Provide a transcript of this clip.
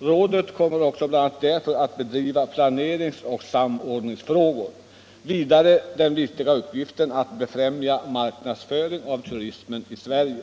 Rådet kommer också bl.a. därför att handlägga planeringsoch samordningsfrågor samt vidare den viktiga uppgiften att befrämja marknadsföring av turism i Sverige.